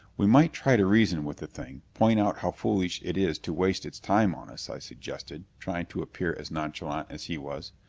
we might try to reason with the thing point out how foolish it is to waste its time on us, i suggested, trying to appear as nonchalant as he was.